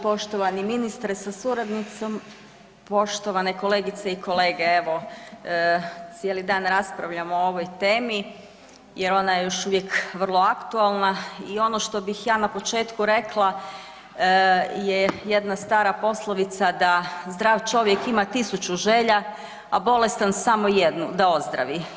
Poštovani ministre sa suradnicom, poštovane kolegice i kolege evo cijeli dan raspravljamo o ovoj temi jer ona je još uvijek vrlo aktualna i ono što bih ja na početku rekla je jedna stara poslovica da zdrav čovjek ima tisuću želja, a bolestan samo jednu, da ozdravi.